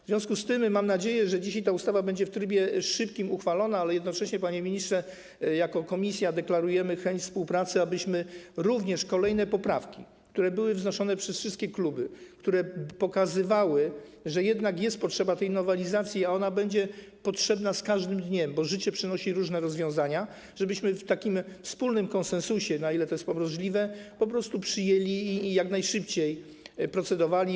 W związku z tym mam nadzieję, że ta ustawa będzie dzisiaj uchwalona w szybkim trybie, ale jednocześnie, panie ministrze, jako komisja deklarujemy chęć współpracy, abyśmy również kolejne poprawki, które były wnoszone przez wszystkie kluby, które pokazywały, że jednak jest potrzeba nowelizacji - ona będzie potrzebna z każdym dniem, bo życie przynosi różne rozwiązania - we wspólnym konsensusie, na ile to jest możliwe, po prostu przyjęli i jak najszybciej nad nimi procedowali.